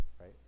right